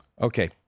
Okay